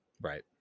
Right